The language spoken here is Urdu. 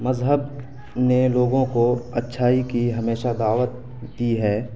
مذہب نے لوگوں کو اچھائی کی ہمیشہ دعوت دی ہے